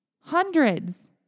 Hundreds